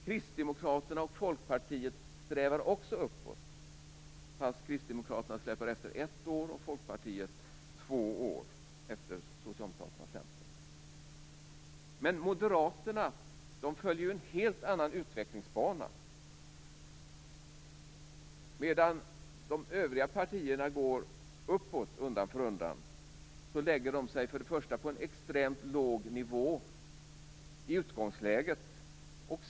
Kristdemokraterna och Folkpartiet strävar också uppåt, fast Kristdemokraterna släpar efter ett år och Folkpartiet två år i förhållande till Socialdemokraterna och Centern. Men Moderaterna följer en helt annan utvecklingsbana. Medan de övriga partierna går uppåt undan för undan lägger Moderaterna sig på en extremt låg nivå i utgångsläget.